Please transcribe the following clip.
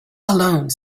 alone